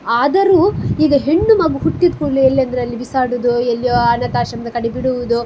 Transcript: ಆದರೂ ಈಗ ಹೆಣ್ಣು ಮಗು ಹುಟ್ಟಿದಕೂಡ್ಲೇ ಎಲ್ಲಿ ಅಂದರಲ್ಲಿ ಬಿಸಾಡೋದು ಎಲ್ಲಿಯೋ ಅನಾಥಾಶ್ರಮದ್ ಕಡೆ ಬಿಡುವುದು